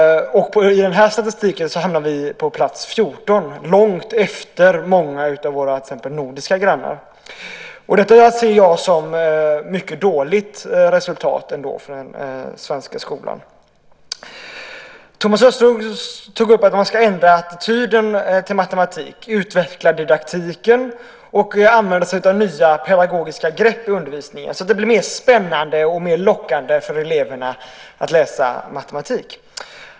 I den här statistiken hamnar vi på plats 14 - långt efter till exempel flera av våra nordiska grannar. Detta ser jag som ett mycket dåligt resultat för den svenska skolan. Thomas Östros nämnde om att man ska ändra attityden till matematik, utveckla didaktiken och använda sig av nya pedagogiska grepp i undervisningen så att det blir mer spännande och mer lockande för eleverna att läsa matematik.